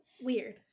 Weird